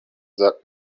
that